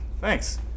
Thanks